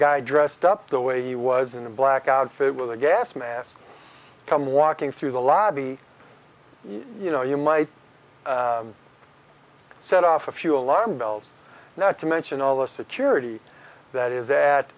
guy dressed up the way he was in a black outfit with a gas mask come walking through the lobby you know you might set off a few alarm bells not to mention all the security that is that